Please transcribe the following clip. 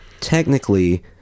technically